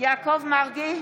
יעקב מרגי,